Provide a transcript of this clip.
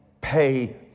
pay